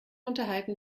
unterhalten